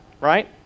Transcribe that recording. Right